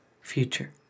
future